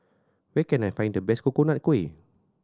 where can I find the best Coconut Kuih